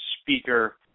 speaker